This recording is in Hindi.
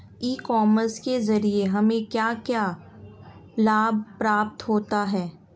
ई कॉमर्स के ज़रिए हमें क्या क्या लाभ प्राप्त होता है?